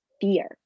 fear